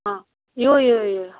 ꯑꯥ ꯏꯌꯨ ꯏꯌꯨ ꯏꯌꯨ ꯏꯌꯨ